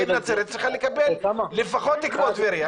העיר נצרת צריכה גם היא לקבל לפחות כמו שטבריה קיבלה.